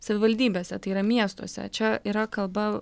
savivaldybėse tai yra miestuose čia yra kalba